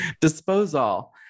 disposal